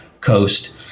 coast